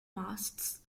masts